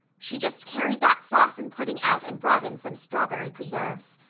she just carried that sauce and pudding out and brought in some strawberry preserves.